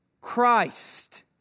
Christ